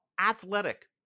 athletic